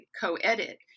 co-edit